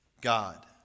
God